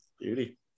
Beauty